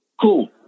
Cool